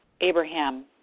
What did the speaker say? Abraham